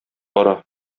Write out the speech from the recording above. бара